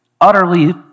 utterly